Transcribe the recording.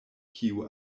kiu